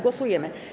Głosujemy.